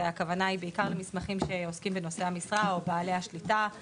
הכוונה היא בעיקר למסמכים שעוסקים בנושאי המשרה; או בעלי השליטה;